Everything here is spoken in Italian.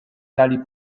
tali